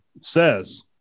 says